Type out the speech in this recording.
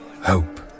Hope